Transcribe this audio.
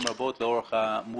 ביניהם הוויכוח שבסוף כן ירד מכאן של